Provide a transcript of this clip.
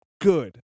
good